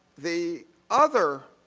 the other